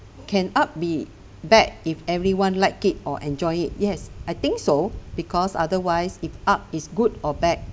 can art be bad if everyone liked it or enjoy yes I think so because otherwise if art is good or bad